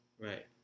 right